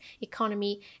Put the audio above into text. economy